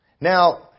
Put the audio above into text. Now